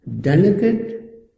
delicate